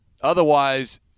Otherwise